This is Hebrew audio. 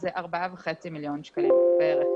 זה ארבעה מיליון שקלים וחצי.